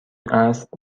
عصر